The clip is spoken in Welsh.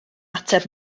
ateb